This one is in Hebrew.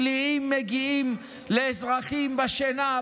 קליעים מגיעים הביתה לאזרחים בשינה,